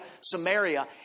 Samaria